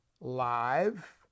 live